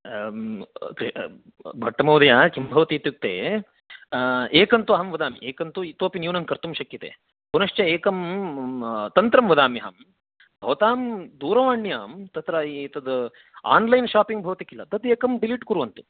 भट्टमहोदय किं भवति इत्युक्ते एकं तु अहं वदामि एकं तु इतोपि न्यूनं कर्तुं शक्यते पुनश्च एकं तन्त्रं वदाम्यहं भवतां दूरवाण्यां तत्र एतत् आन्लैन् शापिङ्ग् भवति खिल तत् एकं डिलिट् कुर्वन्तु